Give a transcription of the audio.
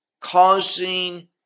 causing